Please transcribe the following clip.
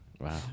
Wow